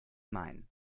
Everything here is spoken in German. mein